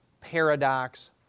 paradox